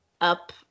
up